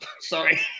Sorry